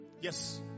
Yes